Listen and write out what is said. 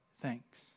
thanks